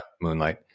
Moonlight